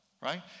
right